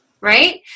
right